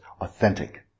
authentic